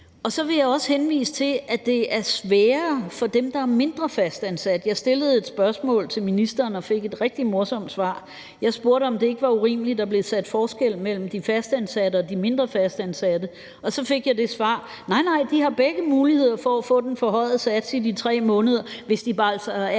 Så vil jeg også henvise til, at det er sværere for dem, der er mindre fastansat. Jeg stillede et spørgsmål til ministeren og fik et rigtig morsomt svar. Jeg spurgte, om ikke det var urimeligt, at der blev gjort forskel mellem de fastansatte og de mindre fastansatte, og så fik jeg det svar: Nej, nej, de har begge muligheder for at få den forhøjede sats i de 3 måneder, hvis de altså